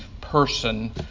person